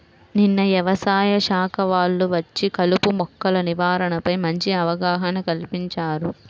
నిన్న యవసాయ శాఖ వాళ్ళు వచ్చి కలుపు మొక్కల నివారణపై మంచి అవగాహన కల్పించారు